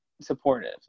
supportive